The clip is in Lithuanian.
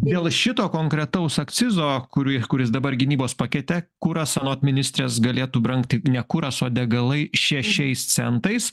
dėl šito konkretaus akcizo kurį kuris dabar gynybos pakete kuras anot ministrės galėtų brangti ne kuras o degalai šešiais centais